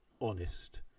honest